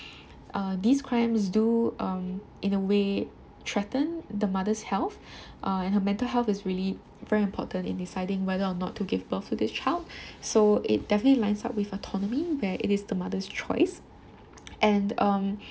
err these crimes do um in a way threaten the mother's health and her mental health is really very important in deciding whether or not to give birth to this child so it definitely lines up with autonomy where it is the mother's choice and um